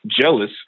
jealous